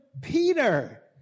Peter